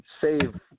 save